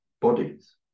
bodies